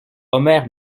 omer